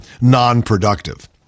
non-productive